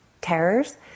terrors